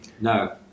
no